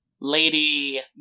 Lady